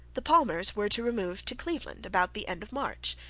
the palmers were to remove to cleveland about the end of march,